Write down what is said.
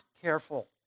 careful